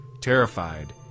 Terrified